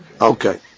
Okay